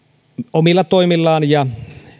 omilla toimillaan ja